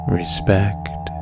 respect